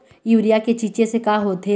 Urea के छींचे से का होथे?